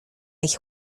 ich